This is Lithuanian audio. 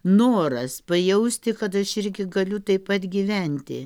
noras pajausti kad aš irgi galiu taip pat gyventi